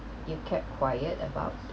you kept quiet about